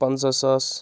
پَنٛژاہ ساس